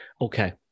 Okay